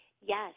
yes